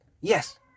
Yes